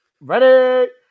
ready